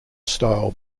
style